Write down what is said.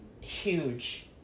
huge